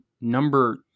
number